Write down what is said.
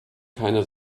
keine